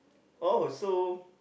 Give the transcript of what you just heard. oh so